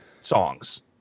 songs